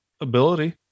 ability